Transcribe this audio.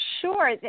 Sure